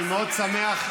אני מאוד שמח,